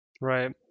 right